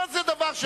מה זה הדבר,